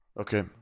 Okay